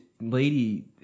lady